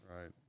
Right